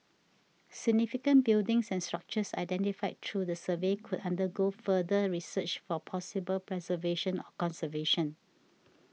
significant buildings and structures identified through the survey could undergo further research for possible preservation or conservation